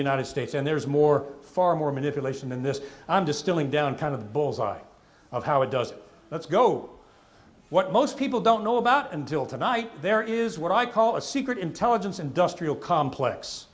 united states and there's more far more manipulation in this i'm distilling down kind of bull's eye of how it does let's go what most people don't know about until tonight there is what i call a secret intelligence industrial complex